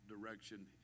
direction